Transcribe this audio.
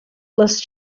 les